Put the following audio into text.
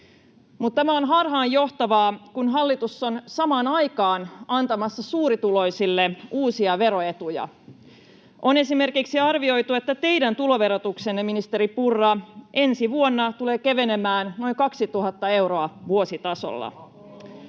tämä on harhaanjohtavaa, kun hallitus on samaan aikaan antamassa suurituloisille uusia veroetuja. On esimerkiksi arvioitu, että teidän tuloverotuksenne, ministeri Purra, ensi vuonna tulee kevenemään noin 2 000 euroa vuositasolla.